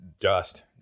dust